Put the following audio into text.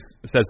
says